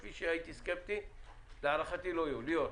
כפי שהייתי סקפטי, להערכתי, לא יהיו, ליאור.